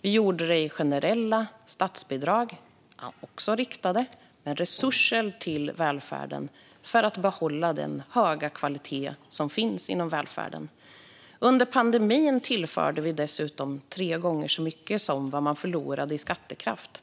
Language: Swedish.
Vi gjorde det i generella statsbidrag och även i riktade med resurser till välfärden för att behålla den höga kvalitet som finns inom välfärden. Under pandemin tillförde vi dessutom tre gånger så mycket som man förlorade i skattekraft.